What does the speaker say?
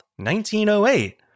1908